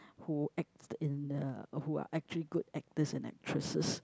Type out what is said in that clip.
who act in uh who are actually good actors and actresses